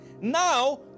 Now